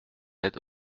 aide